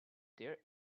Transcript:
their